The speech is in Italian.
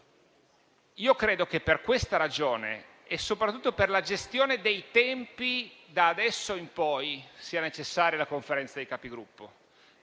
Credo che per questa ragione e, soprattutto, per la gestione dei tempi, da adesso in poi sia necessaria la Conferenza dei Capigruppo.